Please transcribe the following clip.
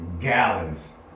Gallons